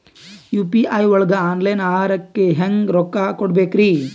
UPI ಒಳಗ online ಆಹಾರಕ್ಕೆ ಹೆಂಗ್ ರೊಕ್ಕ ಕೊಡಬೇಕ್ರಿ?